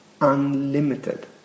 unlimited